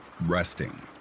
resting